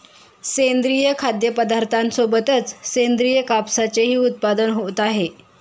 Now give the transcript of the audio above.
सेंद्रिय खाद्यपदार्थांसोबतच सेंद्रिय कापसाचेही उत्पादन होत आहे